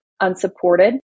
unsupported